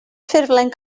ffurflen